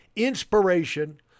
inspiration